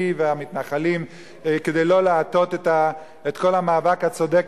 והמתנחלים כדי לא להטות את כל המאבק הצודק,